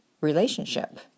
relationship